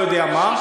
אני לא יודע מה,